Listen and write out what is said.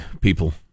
people